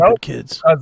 kids